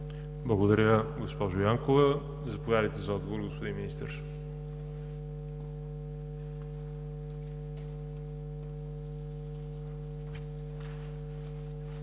Благодаря, госпожо Янкова. Заповядайте за отговор, господин Министър.